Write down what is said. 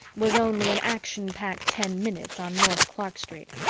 was only an action-packed ten minutes on north clark street.